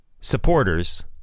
supporters